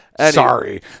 Sorry